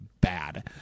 bad